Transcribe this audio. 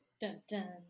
Dun-dun